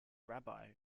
rabbi